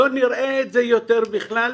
לא נראה את זה יותר בכלל,